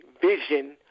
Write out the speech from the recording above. vision